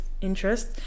interest